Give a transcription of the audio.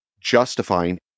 justifying